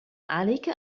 عليك